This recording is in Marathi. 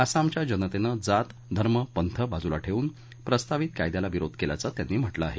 आसामच्या जनतेनं जात धर्मपंथ बाजूला ठेऊन प्रस्तावित कायदयाला विरोध केल्याचं त्यांनी म्हटलं आहे